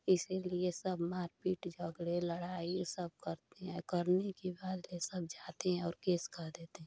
इसलिए सब मारपीट झगड़े लड़ाई सब करते हैं करने के बाद यह सब जाते हैं और केस कर देते हैं